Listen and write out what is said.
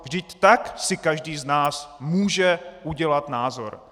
Vždyť tak si každý z nás může udělat názor.